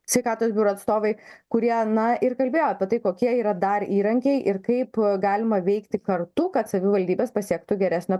sveikatos biuro atstovai kurie na ir kalbėjo apie tai kokie yra dar įrankiai ir kaip galima veikti kartu kad savivaldybės pasiektų geresnio